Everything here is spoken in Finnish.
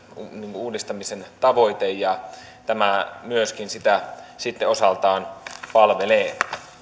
uudistamisen tavoite ja tämä myöskin sitä sitten osaltaan palvelee